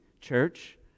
church